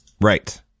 right